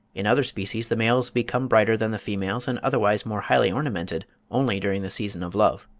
in other species the males become brighter than the females and otherwise more highly ornamented, only during the season of love.